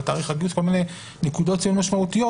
תאריך הגיוס בכל מיני נקודות ציון משמעותיות,